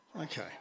Okay